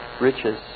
riches